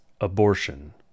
abortion